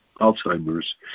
alzheimer's